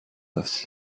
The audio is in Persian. است